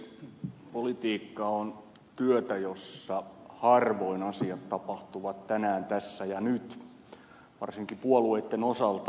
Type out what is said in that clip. politiikka on työtä jossa harvoin asiat tapahtuvat tänään tässä ja nyt varsinkaan puolueitten osalta